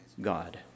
God